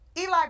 Eli